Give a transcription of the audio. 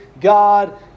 God